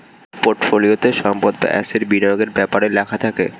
পোর্টফোলিওতে সম্পদ বা অ্যাসেট বিনিয়োগের ব্যাপারে লেখা থাকে